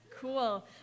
Cool